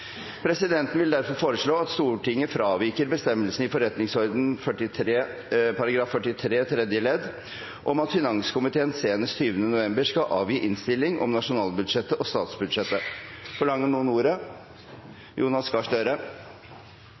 Presidenten vil derfor foreslå at Stortinget fraviker bestemmelsen i forretningsordenens § 43 tredje ledd om at finanskomiteen senest 20. november skal avgi innstilling om nasjonalbudsjettet og statsbudsjettet. Forlanger noen ordet?